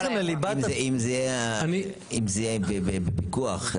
אם זה יהיה בפיקוח,